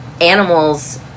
animals